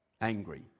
angry